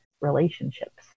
relationships